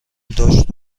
داشت